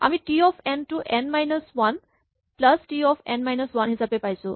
আমি T of n to n minus one plus T of n minus one হিচাপে পাইছো